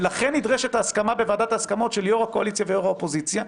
ולכן נדרשת ההסכמה בוועדת ההסכמות של יו"ר הקואליציה ויו"ר האופוזיציה,